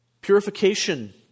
Purification